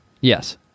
Yes